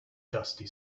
dusty